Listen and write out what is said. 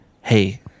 Hey